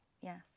Yes